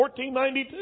1492